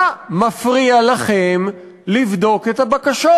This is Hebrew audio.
מה מפריע לכם לבדוק את הבקשות?